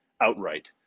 outright